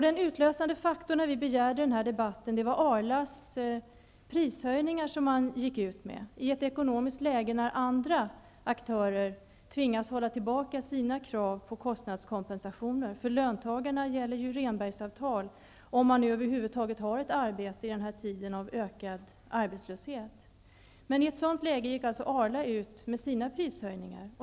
Den utlösande faktorn till att vi begärde den här debatten var de prishöjningar som Arla gick ut med i ett ekonomiskt läge när andra aktörer tvingas hålla tillbaka sina krav på kostnadskompensationer. För löntagarna gäller ju Rehnbergsavtal, om man nu över huvud taget har ett arbete i denna tid av ökad arbetslöshet. I ett sådant läge gick alltså Arla ut med sina prishöjningar.